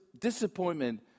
disappointment